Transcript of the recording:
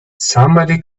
somebody